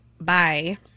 Bye